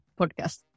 podcast